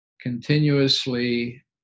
continuously